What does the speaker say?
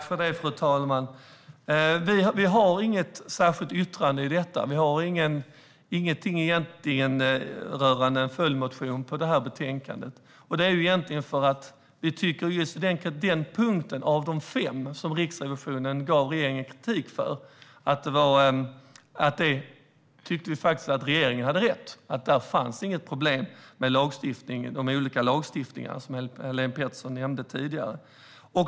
Fru talman! Vi har inget särskilt yttrande om detta. Vi har egentligen ingenting som gäller en följdmotion rörande betänkandet. När det gäller den punkt av de fem som Riksrevisionen gav regeringen kritik för tyckte vi faktiskt att regeringen hade rätt: Det fanns inget problem med de olika lagstiftningar som Helene Petersson nämnde tidigare.